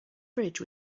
bridge